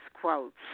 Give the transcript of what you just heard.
quotes